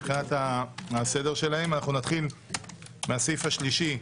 ונתחיל מהסעיף השלישי בסדר-היום: